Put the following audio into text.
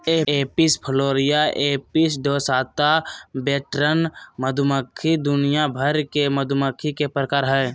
Apis florea, Apis dorsata, western मधुमक्खी दुनिया भर के मधुमक्खी के प्रकार हय